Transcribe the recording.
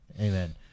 Amen